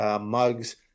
mugs